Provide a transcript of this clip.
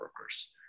workers